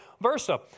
versa